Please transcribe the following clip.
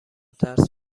ترس